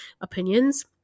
opinions